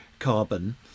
carbon